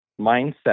mindset